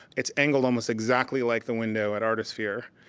it's angled almost exactly like the window at artisphere.